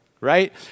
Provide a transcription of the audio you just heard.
right